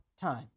time